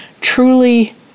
truly